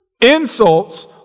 insults